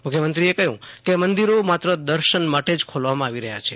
મુખ્યમંત્રીએ કહ્યુ કે મદિરો માત્ર દર્શન માટે જ ખોલવામાં આવી રહ્યા છે